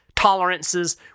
tolerances